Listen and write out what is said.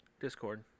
Discord